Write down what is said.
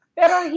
pero